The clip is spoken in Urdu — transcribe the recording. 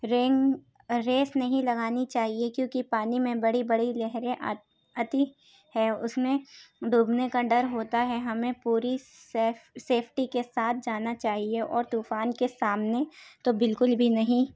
رینگ ریس نہیں لگانی چاہیے کیونکہ پانی میں بڑی بڑی لہریں آتی ہیں اس میں ڈوبنے کا ڈر ہوتا ہے ہمیں پوری سیفٹی کے ساتھ جانا چاہیے اور طوفان کے سامنے تو بالکل بھی نہیں